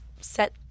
set